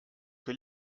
que